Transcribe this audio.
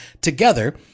together